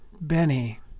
Benny